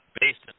based